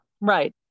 Right